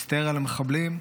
הסתער על המחבלים,